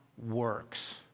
works